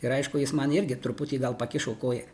ir aišku jis man irgi truputį gal pakišo koją